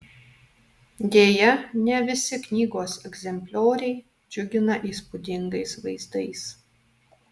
deja ne visi knygos egzemplioriai džiugina įspūdingais vaizdais